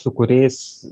su kuriais